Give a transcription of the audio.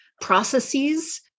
processes